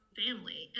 family